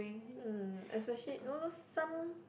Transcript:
mm especially know those some